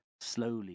slowly